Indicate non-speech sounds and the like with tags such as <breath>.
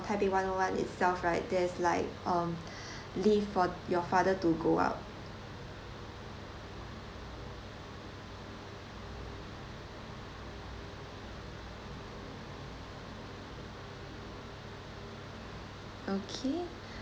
taipei one O one itself right there's like um <breath> lift for your father to go up okay